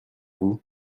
vous